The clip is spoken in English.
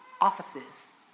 offices